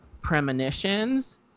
premonitions